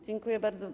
Dziękuję bardzo.